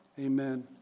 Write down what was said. Amen